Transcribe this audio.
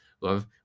love